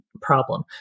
problem